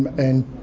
and